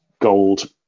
gold